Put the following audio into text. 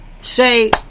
Say